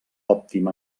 òptim